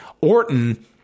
Orton